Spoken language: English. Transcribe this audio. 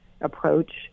approach